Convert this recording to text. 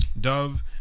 Dove